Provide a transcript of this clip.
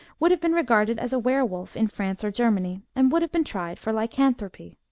would have been regarded as a were-wolf in france or germany, and would have been tried for lycanthropy.